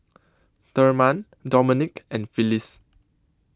Thurman Domonique and Phyllis